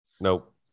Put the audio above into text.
Nope